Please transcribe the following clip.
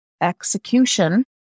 execution